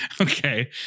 okay